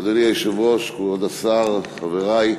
אדוני היושב-ראש, כבוד השר, חברי,